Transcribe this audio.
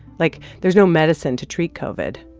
like, there's no medicine to treat covid.